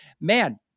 man